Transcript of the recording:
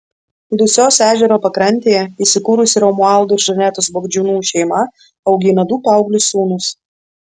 dusios ežero pakrantėje įsikūrusi romualdo ir žanetos bagdžiūnų šeima augina du paauglius sūnus